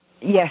yes